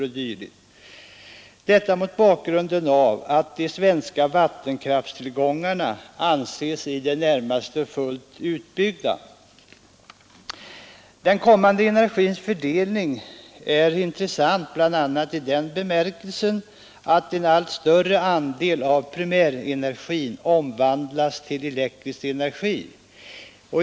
Frågan får ses mot bakgrunden av att de svenska vattenkrafttillgångarna anses i det närmaste fullt utbyggda. Den konsumerade energins fördelning är intressant bl.a. i den bemärkelsen att en allt större andel av primärenergin omvandlas till elektrisk energi.